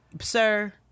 Sir